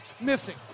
Missing